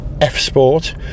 F-Sport